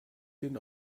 den